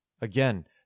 Again